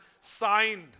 signed